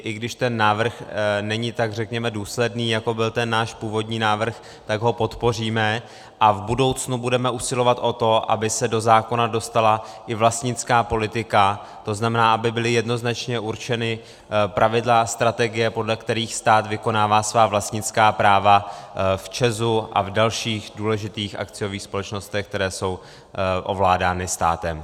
I když ten návrh není tak, řekněme, důsledný, jako byl náš původní návrh, tak ho podpoříme a v budoucnu budeme usilovat o to, aby se do zákona dostala i vlastnická politika, to znamená, aby byla jednoznačně určena pravidla a strategie, podle kterých stát vykonává svá vlastnická práva v ČEZu a v dalších důležitých akciových společnostech, které jsou ovládány státem.